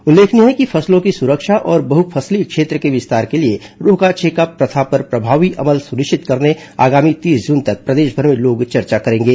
उल्लेखनीय है कि फसलों की सुरक्षा और बहुफसलीय क्षेत्र के विस्तार के लिए रोका छेका प्रथा पर प्रभावी अमल सुनिश्चित करने आगामी तीस जुन तक प्रदेशभर में लोग चर्चा करेंगे